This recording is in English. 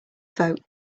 vote